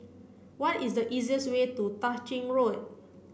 what is the easiest way to Tah Ching Road